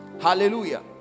Hallelujah